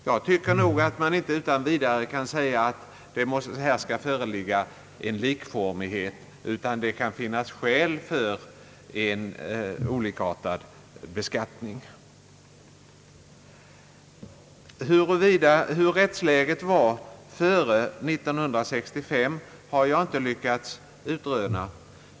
Jag tycker nog att man inte utan vidare kan säga att här skall föreligga en likformighet, utan det kan finnas skäl för en olikartad beskattning. Hur rättsläget var före den 1 juli 1965 har jag inte lyckats utröna.